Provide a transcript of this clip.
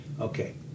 okay